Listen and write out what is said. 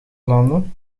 landen